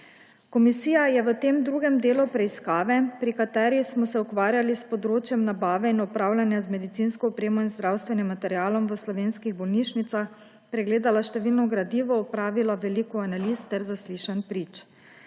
Komisija je v tem drugem delu preiskave, pri kateri smo se ukvarjali s področjem nabave in upravljanja z medicinsko opremo in zdravstvenim materialom v slovenskih bolnišnicah, pregledala številna gradiva, opravila veliko analiz ter zaslišanj prič.